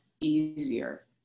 easier